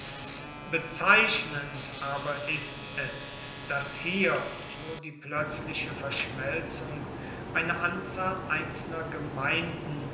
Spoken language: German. bezeichnend aber ist es daß hier wo die plötzliche verschmelzung einer anzahl einzelner gemeinden